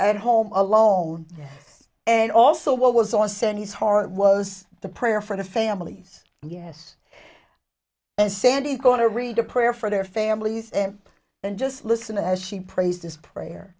at home alone and also what was on said his heart was the prayer for the families yes and sandy is going to read a prayer for their families and then just listen as she prays this prayer